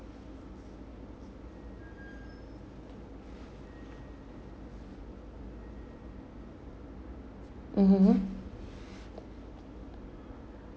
mmhmm